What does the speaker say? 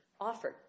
offered